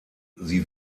sie